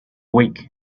week